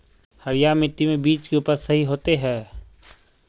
हरिया मिट्टी में बीज के उपज सही होते है?